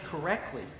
correctly